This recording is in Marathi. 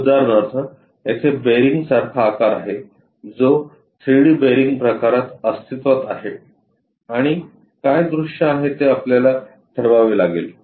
उदाहरणार्थ येथे बेअरिंग सारखा आकार आहे जो 3डी बेअरींग प्रकारात अस्तित्वात आहे आणि काय दृश्य आहेत ते आपल्याला ठरवावे लागेल